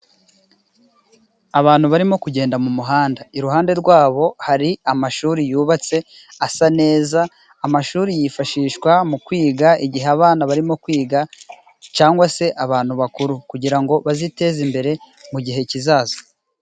Abantu barimo kugenda mu muhanda iruhande rwabo hari amashuri yubatse asa neza. Amashuri yifashishwa mu kwiga igihe abana barimo kwiga cyangwa se abantu bakuru kugirango baziteze imbere mu gihe kizaza.